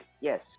yes